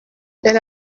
elle